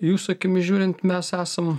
jūsų akimis žiūrint mes esam